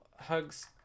hugs